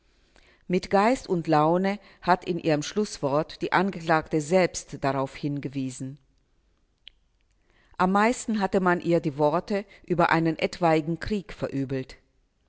mit geist und laune hat in ihrem schlußwort die angeklagte selbst darauf hingewiesen am meisten hatte man ihr die worte über einen etwaigen krieg verübelt